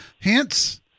hence